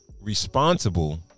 responsible